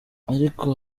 ariko